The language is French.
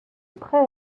prêts